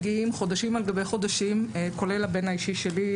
חודשים על גבי חודשים כולל הבן האישי שלי,